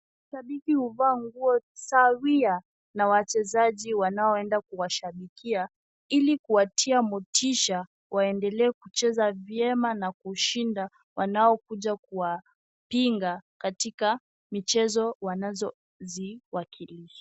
Mashabiki huvaa nguo sahawia na wachezaji wanaoenda kuwashabikia, ili kuwatia motisha waendelee kucheza vyema na kushinda wanaokuja kuwapinga katika michezo wanazoziwakilisha.